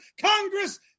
Congress